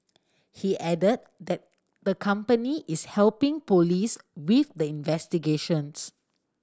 he added that the company is helping police with the investigations